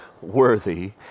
worthy